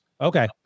Okay